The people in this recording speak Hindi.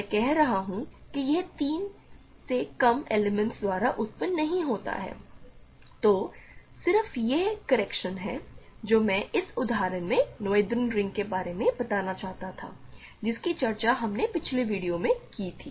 मैं कह रहा हूं कि यह तीन से कम एलिमेंट्स द्वारा उत्पन्न नहीं होता है तो सिर्फ यह करैक्शन है जो मैं इस उदाहरण में नोएथेरियन रिंग के बारे में बताना चाहता था जिसकी चर्चा हमने पिछले वीडियो में की थी